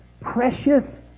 precious